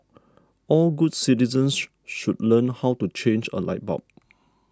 all good citizens should learn how to change a light bulb